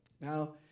Now